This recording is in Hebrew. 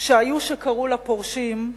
שהיו שקראו לה פורשים,